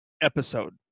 episode